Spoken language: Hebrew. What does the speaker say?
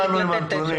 'לא באנו עם הנתונים'.